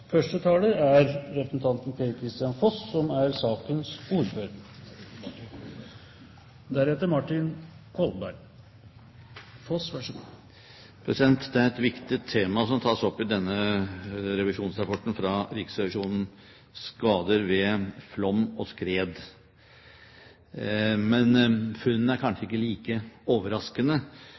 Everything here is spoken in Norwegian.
Det er et viktig tema som tas opp i denne revisjonsrapporten fra Riksrevisjonen – skader ved flom og skred. Men funnene er kanskje ikke like overraskende.